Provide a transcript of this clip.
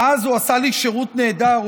ואז הוא עשה לי שירות נהדר,